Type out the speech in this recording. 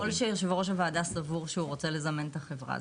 ככל שיושב ראש הוועדה סבור שהוא רוצה לזמן את החברה,